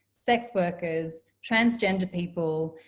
sex workers, transgender people,